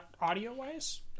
Audio-wise